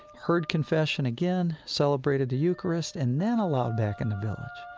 heard confession again, celebrated the eucharist, and then allowed back in the village.